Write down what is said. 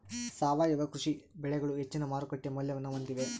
ಸಾವಯವ ಕೃಷಿ ಬೆಳೆಗಳು ಹೆಚ್ಚಿನ ಮಾರುಕಟ್ಟೆ ಮೌಲ್ಯವನ್ನ ಹೊಂದಿವೆ